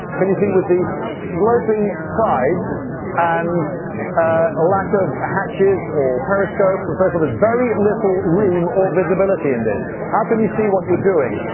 can you see with these sloping sides and a lack of hatches or periscopes and so forth, there's very little room or visibility in this. how can you see what you're doing?